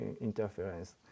interference